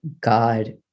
God